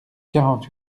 quarante